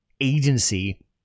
agency